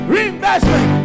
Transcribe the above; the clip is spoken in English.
Reinvestment